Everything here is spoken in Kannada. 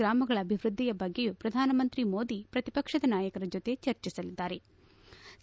ಗ್ರಾಮಗಳ ಅಭಿವ್ಯದ್ದಿಯ ಬಗ್ಗೆಯೂ ಪ್ರಧಾನಮಂತ್ರಿ ಮೋದಿ ಪ್ರತಿಪಕ್ಷ ನಾಯಕರ ಜತೆ ಚರ್ಚಿಸಲಿದ್ಗಾರೆ